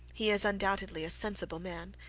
he is undoubtedly a sensible man,